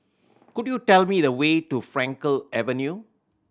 could you tell me the way to Frankel Avenue